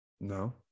No